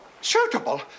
Suitable